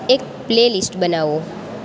એક playlist બનાવો